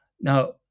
now